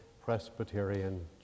Presbyterian